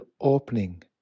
opening